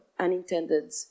unintended